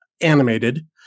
animated